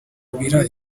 kubira